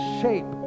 shape